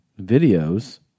videos